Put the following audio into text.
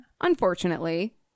Unfortunately